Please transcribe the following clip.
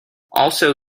also